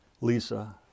Lisa